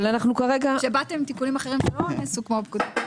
אבל אנחנו כרגע --- כשבאתם עם תיקונים אחרים הם לא נעשו כמו הפקודה.